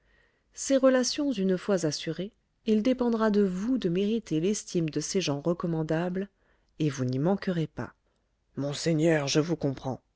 ces relations une fois assurées il dépendra de vous de mériter l'estime de ces gens recommandables et vous n'y manquerez pas monseigneur je vous comprends